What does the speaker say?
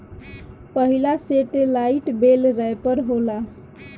पहिला सेटेलाईट बेल रैपर होला